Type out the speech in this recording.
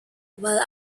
while